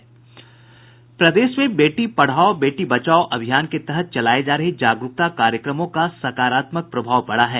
प्रदेश में बेटी पढाओ बेटी बचाओ योजना के तहत चलाये जा रहे जागरुकता कार्यक्रमों का सकारात्मक प्रभाव पड़ा है